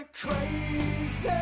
crazy